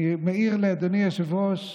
אני מעיר לאדוני היושב-ראש,